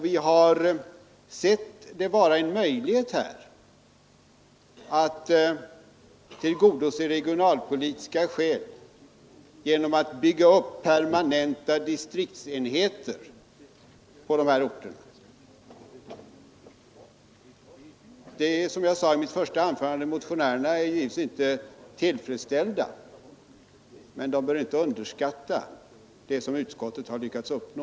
Vi har sett det som en möjlighet att ta hänsyn till regionalpolitiska skäl genom att bygga upp permanenta distriktsenheter på dessa orter. Som jag sade i ett första anförande är givetvis motionärerna inte tillfredsställda men bör inte heller underskatta vad utskottet har lyckats uppnå.